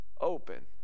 open